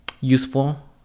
useful